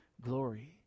glory